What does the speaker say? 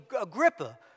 Agrippa